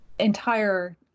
entire